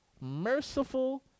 merciful